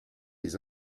les